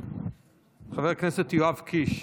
חבר הכנסת יואב קיש,